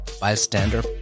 Bystander